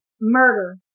murder